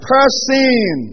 Person